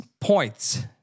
points